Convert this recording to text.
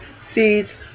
seeds